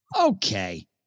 Okay